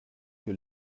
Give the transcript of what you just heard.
que